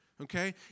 okay